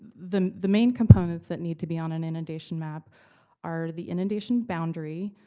the the main components that need to be on an inundation map are the inundation boundary,